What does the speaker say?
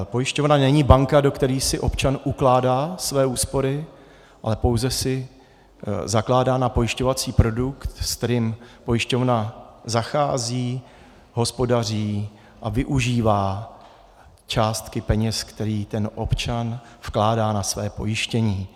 Pojišťovna není banka, do které si občan ukládá své úspory, ale pouze si zakládá na pojišťovací produkt, se kterým pojišťovna zachází, hospodaří a využívá částky peněz, které ten občan vkládá na své pojištění.